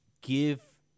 give